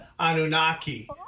Anunnaki